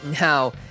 Now